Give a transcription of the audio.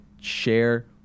share